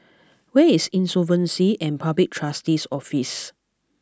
where is Insolvency and Public Trustee's Office